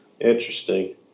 Interesting